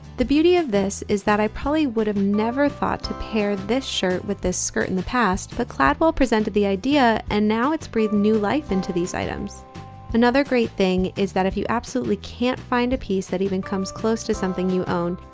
the beauty of this is that i probably would have never thought to pair this shirt with this skirt in the past but cladwell presented the idea and now it's breathed new life into these items another great thing is that if you absolutely can't find a piece that even comes close to something you own,